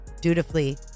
Dutifully